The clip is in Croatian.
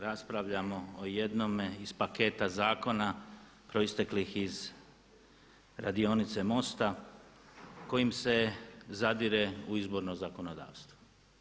Raspravljamo o jednome iz paketa zakona proisteklih iz radionice MOST-a kojim se zadire u izborno zakonodavstvo.